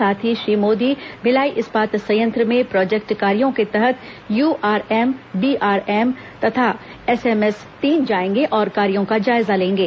साथ ही श्री मोदी भिलाई इस्पात संयंत्र में प्रोजेक्ट कार्यों के तहत यूआरएम बीआरएम तथा एसएमएस तीन जाएंगे और कार्यो का जायजा लेंगे